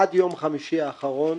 עד יום חמישי האחרון